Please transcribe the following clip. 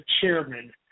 chairman